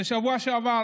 בשבוע שעבר